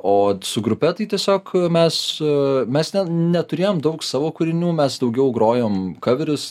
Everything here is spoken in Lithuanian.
o su grupe tai tiesiog mes u mes ne neturėjom daug savo kūrinių mes daugiau grojom kaverius